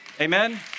Amen